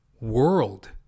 world